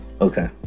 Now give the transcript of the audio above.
Okay